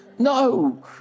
No